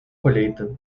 colheita